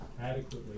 adequately